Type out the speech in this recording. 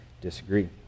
disagree